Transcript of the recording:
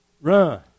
Run